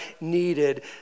needed